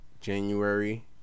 January